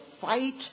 fight